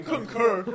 Concur